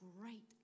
great